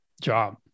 job